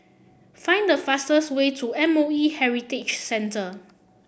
find the fastest way to M O E Heritage Centre